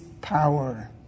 power